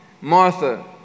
Martha